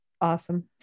Awesome